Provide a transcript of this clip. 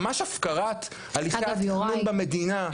ממש הפקרת הליכי התכנון במדינה.